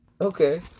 okay